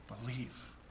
Believe